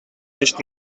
nicht